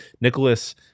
Nicholas